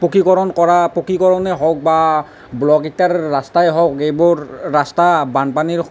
পকীকৰণ কৰা পকীকৰণে হওক বা ব্লক ইটাৰ ৰাস্তায়ে হওক এইবোৰ ৰাস্তা বানপানীৰ